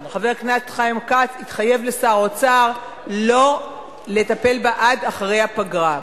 חבר הכנסת חיים כץ התחייב לשר האוצר לא לטפל בה עד אחרי הפגרה.